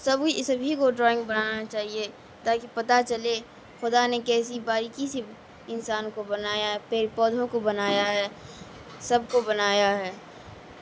سبھی سبھی کو ڈرائنگ بنانا چاہیے تاکہ پتہ چلے خدا نے کیسی باریکی سے انسان کو بنایا ہے پیڑ پودوں کو بنایا ہے سب کو بنایا ہے